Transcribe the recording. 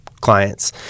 clients